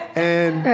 and